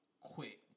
quit